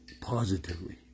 positively